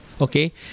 Okay